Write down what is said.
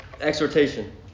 Exhortation